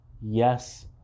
Yes